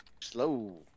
Slow